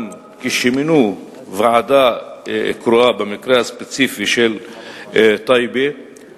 גם כשמינו ועדה קרואה במקרה הספציפי של טייבה,